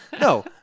no